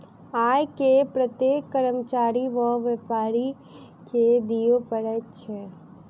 आय कर प्रत्येक कर्मचारी आ व्यापारी के दिअ पड़ैत अछि